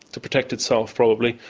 to protect itself probably.